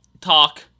talk